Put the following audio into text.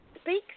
speaks